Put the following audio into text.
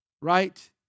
right